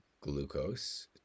glucose